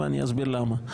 ואני אסביר למה.